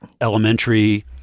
Elementary